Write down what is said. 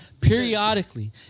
Periodically